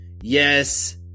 Yes